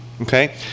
okay